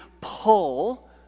pull